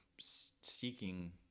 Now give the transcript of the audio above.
seeking